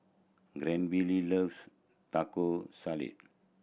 Granville loves Taco Salad